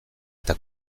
eta